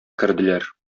керделәр